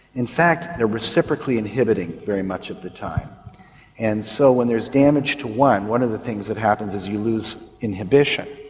in fact they're reciprocately inhibiting very much of the time and so when there's damage to one and one of the things that happens is you lose inhibition.